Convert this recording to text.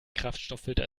kraftstofffilter